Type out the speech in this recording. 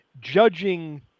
judging